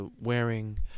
wearing